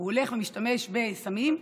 הוא הולך ומשתמש בסמים,